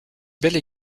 belle